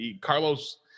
Carlos